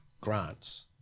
grants